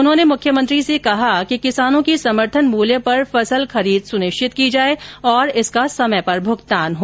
उन्होंने मुख्यमंत्री से कहा कि किसानों की समर्थन मूल्य पर फसल खरीद सुनिश्चित की जाये और इसका समय पर भूगतान हो